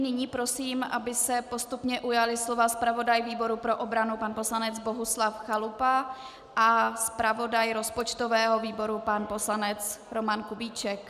Nyní prosím, aby se postupně ujali slova zpravodaj výboru pro obranu pan poslanec Bohuslav Chalupa a zpravodaj rozpočtového výboru pan poslanec Roman Kubíček.